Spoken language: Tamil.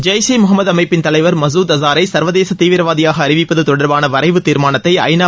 ஜெய்ஷ்இ முகமது அமைப்பின் தலைவர் மசூத் அசாரை சள்வதேச தீவிரவாதியாக அறிவிப்பது தொடர்பான வரைவு தீர்மானத்தை ஐநா